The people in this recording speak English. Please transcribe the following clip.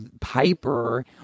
Piper